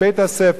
ומורה אחרת,